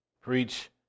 preach